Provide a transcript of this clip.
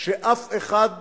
שאף אחד מהמעלים,